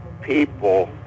people